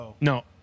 No